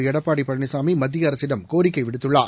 எடப்பாடிபழனிசாமி மத்தியஅரசிடம் கோரிக்கைவிடுத்துள்ளார்